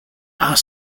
are